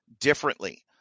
differently